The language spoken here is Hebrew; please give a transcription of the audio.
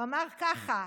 הוא אמר ככה: